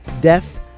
death